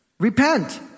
Repent